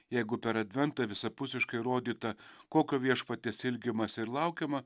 jeigu per adventą visapusiškai rodyta kokio viešpaties ilgimasi ir laukiama